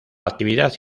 actividad